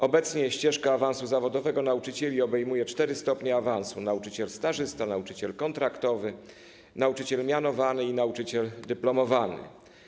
Obecnie ścieżka awansu zawodowego nauczycieli obejmuje 4 stopnie awansu: nauczyciel stażysta, nauczyciel kontraktowy, nauczyciel mianowany i nauczyciel dyplomowany.